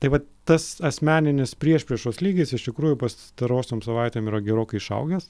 tai vat tas asmeninės priešpriešos lygis iš tikrųjų pastarosiom savaitėm yra gerokai išaugęs